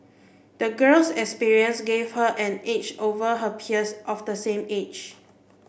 the girl's experiences gave her an edge over her peers of the same age